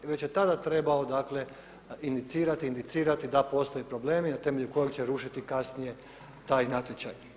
I već je tada trebao, dakle inicirati, inicirati da postoje problemi na temelju kojih će rušiti kasnije taj natječaj.